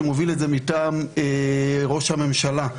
שמוביל את זה מטעם ראש הממשלה,